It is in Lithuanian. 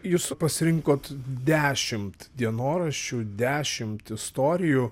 jūs pasirinkot dešimt dienoraščių dešimt istorijų